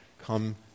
come